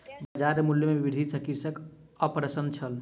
बजार मूल्य में वृद्धि सॅ कृषक अप्रसन्न छल